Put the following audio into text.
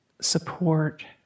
support